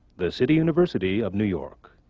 the city university of new york.